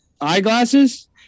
Eyeglasses